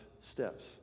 steps